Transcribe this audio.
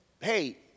Hey